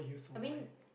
I mean